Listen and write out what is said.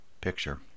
picture